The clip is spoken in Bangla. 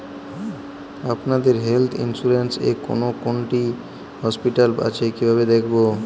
আপনাদের হেল্থ ইন্সুরেন্স এ কোন কোন হসপিটাল আছে কিভাবে দেখবো?